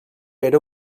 era